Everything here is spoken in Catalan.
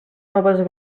noves